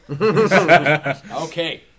Okay